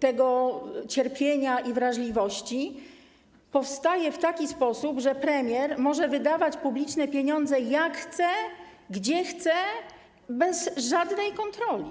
tego cierpienia i wrażliwości - powstaje w taki sposób, że premier może wydawać publiczne pieniądze, jak chce, gdzie chce, bez żadnej kontroli.